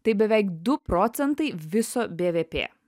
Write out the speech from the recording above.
tai beveik du procentai viso bvp